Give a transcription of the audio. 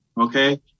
Okay